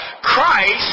Christ